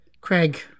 Craig